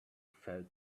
felt